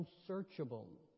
unsearchable